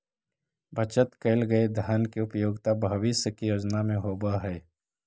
बचत कैल गए धन के उपयोगिता भविष्य के योजना में होवऽ हई